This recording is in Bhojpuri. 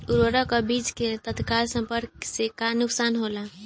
उर्वरक अ बीज के तत्काल संपर्क से का नुकसान होला?